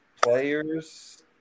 players